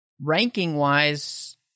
ranking-wise